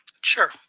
sure